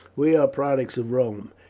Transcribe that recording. we are products of rome,